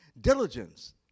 Diligence